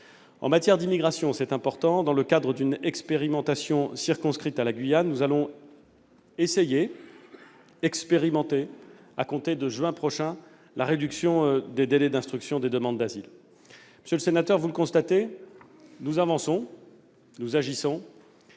En matière d'immigration- une question importante -, dans le cadre d'une expérimentation circonscrite à la Guyane, nous allons essayer, expérimenter, à compter de juin prochain, la réduction des délais d'instruction des demandes d'asile. Monsieur le sénateur, vous le constatez, nous avançons, nous agissons.